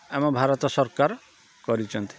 ଆମ ଭାରତ ସରକାର କରିଛନ୍ତି